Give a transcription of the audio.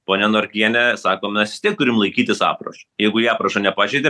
ponia norkienė sako mes vis tiek turim laikytis aprašo jeigu jie aprašo nepažeidė